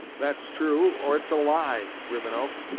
that's true, or it's a lie, rivenoak,